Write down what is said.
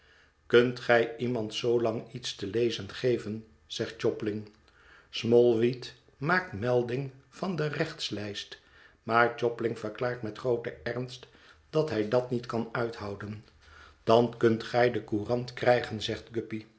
kunt gij iemand zoolang iets te lezen geven zegt jobling smallweed maakt melding van de rechtslijst maar jobling verklaart met grooten ernst dat hij dat niet kan uithouden dan kunt gij de courant krijgen zegt guppy